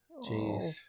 Jeez